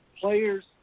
players